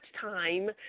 time